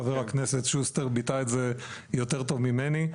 חה"כ שוסטר ביטא את זה יותר טוב ממני.